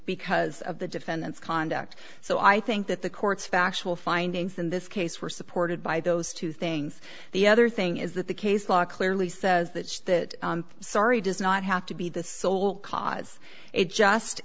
because of the defendant's conduct so i think that the court's factual findings in this case were supported by those two things the other thing is that the case law clearly says that that sorry does not have to be the sole cause it just